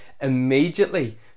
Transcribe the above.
immediately